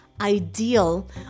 ideal